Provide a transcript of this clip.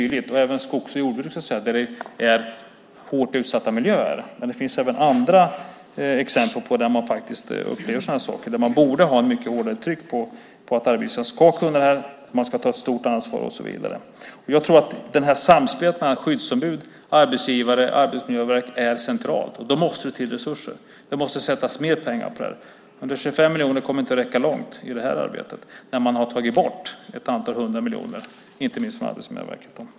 Det gäller även skogs och jordbruk, där det är hårt utsatta miljöer. Men det finns även andra exempel på ställen där man upplever sådana här saker. Där borde man ha ett mycket hårdare tryck på att arbetsgivaren ska ta ett stort ansvar och så vidare. Jag tror att samspelet mellan skyddsombud, arbetsgivare och arbetsmiljöverk är centralt. Då måste det till resurser. Det måste läggas mer pengar på det här. 125 miljoner kommer inte att räcka långt i det här arbetet när man har tagit bort ett antal hundra miljoner, inte minst från Arbetsmiljöverket.